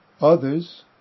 others